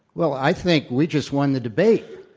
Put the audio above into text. well, i think we just won the debate.